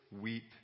weep